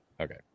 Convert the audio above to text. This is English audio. Okay